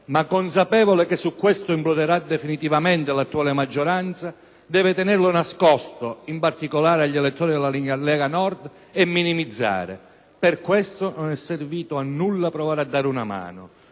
ma, consapevole che su questo imploderà definitivamente l'attuale maggioranza, deve tenerlo nascosto, in particolare agli elettori della Lega Nord, e minimizzare. Per questo non è servito a nulla provare a dare una mano.